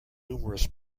numerous